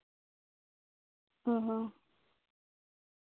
ᱚᱸᱻ ᱦᱚᱸ